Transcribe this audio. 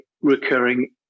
recurring